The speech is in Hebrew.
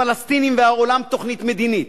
הפלסטינים והעולם תוכנית מדינית.